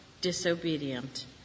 disobedient